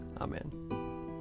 amen